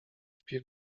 śpi